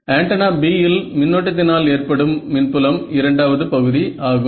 antenna B இல் மின்னோட்டத்தினால் ஏற்படும் மின் புலம் இரண்டாவது பகுதி ஆகும்